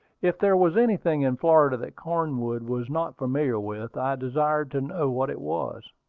if there was anything in florida that cornwood was not familiar with, i desired to know what it was.